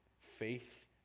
Faith